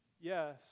Yes